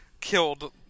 killed